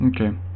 Okay